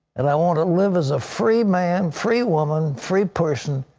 and i want to live as a free man, free woman, free person,